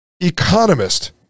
economist